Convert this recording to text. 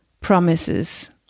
promises